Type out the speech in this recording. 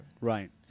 Right